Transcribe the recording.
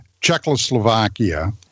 Czechoslovakia